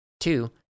Two